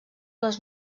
les